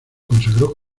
consagró